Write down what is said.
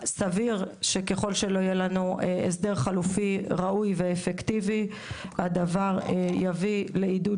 סביר שככל שלא יהיה לנו הסדר חלופי ראוי ואפקטיבי הדבר יביא לעידוד